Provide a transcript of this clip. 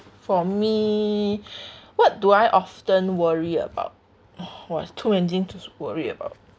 for me what do I often worry about !wah! too many to worry about